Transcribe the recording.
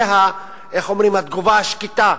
זה התגובה השקטה,